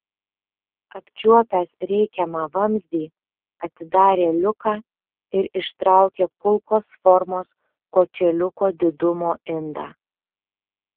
apčiuopęs reikiamą vamzdį atidarė liuką ir ištraukė kulkos formos kočėliuko didumo indą